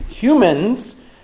Humans